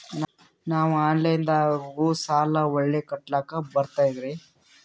ನಾವು ಆನಲೈನದಾಗು ಸಾಲ ಹೊಳ್ಳಿ ಕಟ್ಕೋಲಕ್ಕ ಬರ್ತದ್ರಿ?